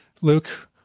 Luke